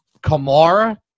Kamara